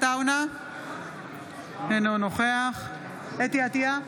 אינו נוכח אתי עטייה,